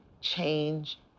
change